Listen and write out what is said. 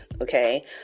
Okay